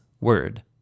word